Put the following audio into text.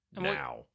Now